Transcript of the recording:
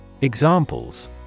Examples